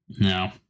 No